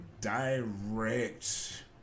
direct